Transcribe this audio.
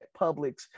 Publix